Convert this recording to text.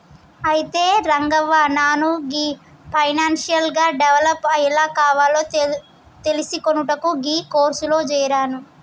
అయితే రంగవ్వ నాను గీ ఫైనాన్షియల్ గా డెవలప్ ఎలా కావాలో తెలిసికొనుటకు గీ కోర్సులో జేరాను